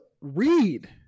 read